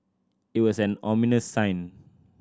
it was an ominous sign